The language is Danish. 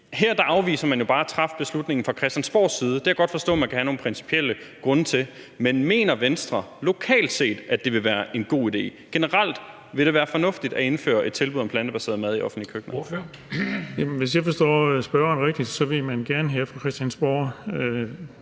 her afviser man jo bare at træffe beslutningen fra Christiansborgs side; det kan jeg godt forstå at man kan have nogle principielle grunde til. Men mener Venstre, lokalt set, at det vil være en god idé generelt? Vil det være fornuftigt at indføre et tilbud om plantebaseret mad i offentlige køkkener? Kl. 10:44 Formanden (Henrik Dam Kristensen): Ordføreren.